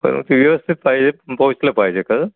पण व्यवस्थित पाहिजे पोचलं पाहिजे का